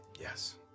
yes